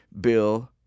bill